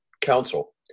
Council